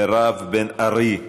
מירב בן ארי,